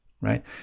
right